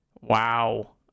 Wow